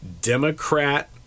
Democrat